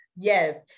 Yes